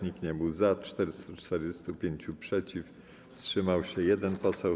Nikt nie był za, 445 było przeciw, wstrzymał się 1 poseł.